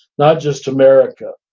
not just america.